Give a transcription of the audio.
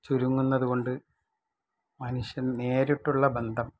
ചുരുങ്ങുന്നതുകൊണ്ട് മനുഷ്യന് നേരിട്ടുള്ള ബന്ധം